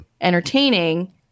entertaining